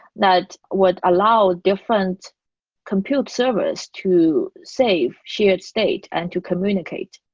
that would allow different compute servers to save shared state and to communicate.